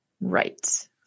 Right